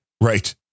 Right